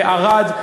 בערד,